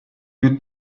più